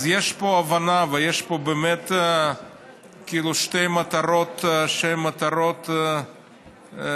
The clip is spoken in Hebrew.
אז יש פה הבנה ויש פה באמת שתי מטרות שהן מטרות מצוינות,